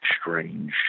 strange